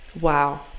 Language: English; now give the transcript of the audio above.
Wow